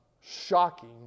shocking